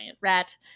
rat